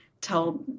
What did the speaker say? tell